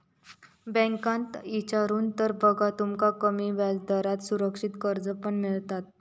बँकेत इचारून तर बघा, तुमका कमी व्याजदरात सुरक्षित कर्ज पण मिळात